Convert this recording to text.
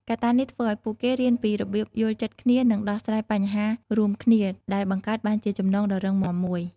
កត្តានេះធ្វើឲ្យពួកគេរៀនពីរបៀបយល់ចិត្តគ្នា និងដោះស្រាយបញ្ហារួមគ្នា ដែលបង្កើតបានជាចំណងដ៏រឹងមាំមួយ។